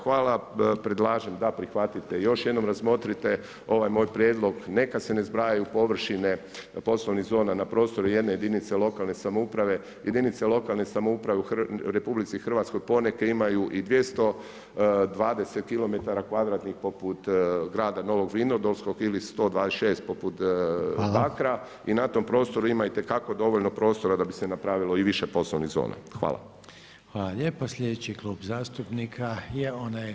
Hvala, predlažem da prihvatite i još jednom razmotrite ovaj moj prijedlog, neka se ne zbrajaju površine poslovnih zona na prostoru jedne jedinice lokalne samouprave, jedinice lokalne samouprave u RH poneke imaju i 220 km kvadratnih poput grada Novog Vinodolskog ili 126 poput Bakra i na tom prostoru ima itekako dovoljno prostora da bi se napravilo i više poslovnih zona.